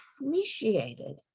appreciated